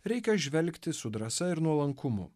reikia žvelgti su drąsa ir nuolankumu